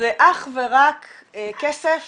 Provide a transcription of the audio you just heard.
זה אך ורק כסף